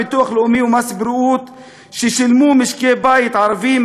ביטוח לאומי ומס בריאות ששילמו משקי בית ערביים,